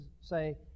say